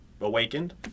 Awakened